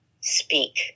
speak